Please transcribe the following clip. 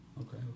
Okay